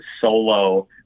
solo